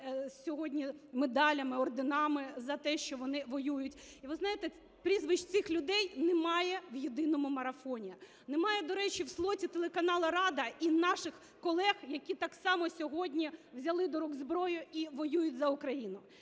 сьогодні медалями, орденами за те, що вони воюють, і ви знаєте прізвищ цих людей немає в "єдиному марафоні". Немає, до речі, в слоті телеканалу "Рада" і в наших колег, які так само сьогодні взяли до рук зброю і воюють за Україну.